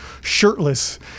shirtless